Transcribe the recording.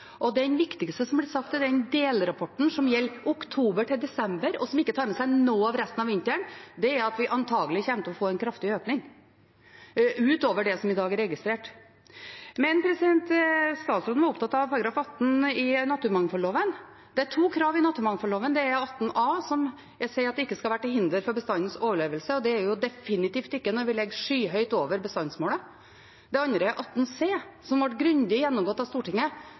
i den delrapporten som gjelder oktober til desember, og som ikke tar med seg noe av resten av vinteren, er at vi antakelig kommer til å få en kraftig økning utover det som i dag er registrert. Statsråden var opptatt av § 18 i naturmangfoldloven. Det er to krav i naturmangfoldloven. Det er § 18 a, som sier at det ikke skal være til hinder for bestandens overlevelse, og det er det jo definitivt ikke når vi ligger skyhøyt over bestandsmålet. Det andre er § 18 c, som ble grundig gjennomgått av Stortinget